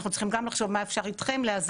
אנחנו צריכים גם לחשוב מה אפשר איתכם לעשות.